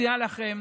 אציע לכם